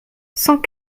cent